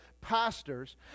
pastors